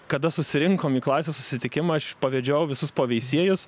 kada susirinkom į klasės susitikimą aš pavedžiau visus po veisiejus